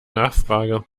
nachfrage